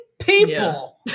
people